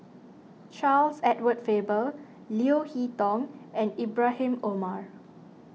Charles Edward Faber Leo Hee Tong and Ibrahim Omar